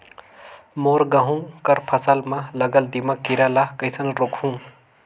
मोर गहूं कर फसल म लगल दीमक कीरा ला कइसन रोकहू?